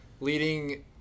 leading